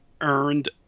earned